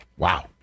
Wow